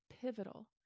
pivotal